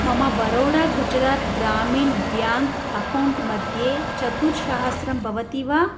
मम Baroda Gujarat Gramin bank account मध्ये चतुस्सहस्रं भवति वा